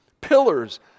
pillars